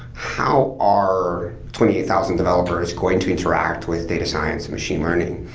how are twenty eight thousand developers going to interact with data science and machine learning?